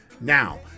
Now